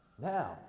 Now